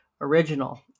original